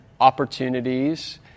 opportunities